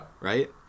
Right